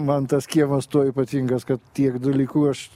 man tas kiemas tuo ypatingas kad tiek dalykų aš